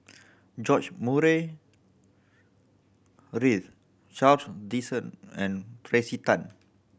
George Murray Reith Charles and Tracey Tan